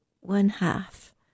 One-half